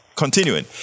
Continuing